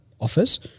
offers